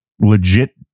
legit